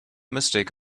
mistake